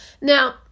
Now